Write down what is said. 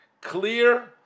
clear